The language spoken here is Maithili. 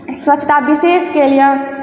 स्वच्छता बिशेषके लिअ